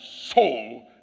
soul